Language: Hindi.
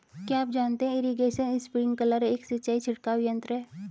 क्या आप जानते है इरीगेशन स्पिंकलर एक सिंचाई छिड़काव यंत्र है?